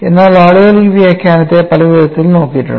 എന്നാൽ ആളുകൾ ഈ വ്യാഖ്യാനത്തെ പലവിധത്തിൽ നോക്കിയിട്ടുണ്ട്